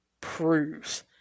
proves